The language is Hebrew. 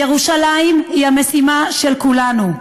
ירושלים היא המשימה של כולנו.